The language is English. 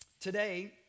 Today